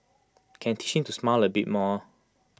can teach him to smile A bit more